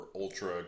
ultra